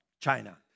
China